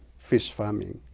fish farming,